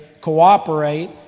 cooperate